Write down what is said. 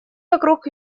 вокруг